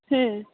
हो